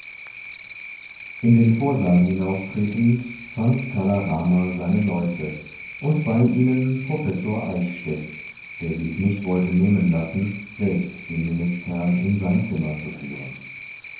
in den vorsaal hinaustretend fand kala rama seine leute und bei ihnen professor eichstädt der sich's nicht wollte nehmen lassen selbst den minister in sein zimmer zu führen